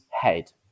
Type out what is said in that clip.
head